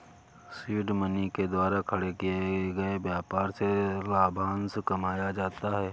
seed money के द्वारा खड़े किए गए व्यापार से लाभांश कमाया जाता है